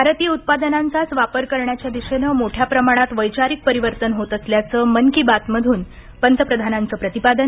भारतीय उत्पादनांचाच वापर करण्याच्या दिशेनं मोठ्या प्रमाणात वैचारिक परिवर्तन होत असल्याचं मन की बातमधून पंतप्रधानांचं प्रतिपादन